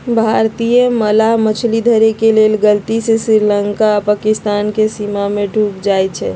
भारतीय मलाह मछरी धरे के लेल गलती से श्रीलंका आऽ पाकिस्तानके सीमा में ढुक जाइ छइ